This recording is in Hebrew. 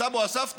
לסבא או לסבתא,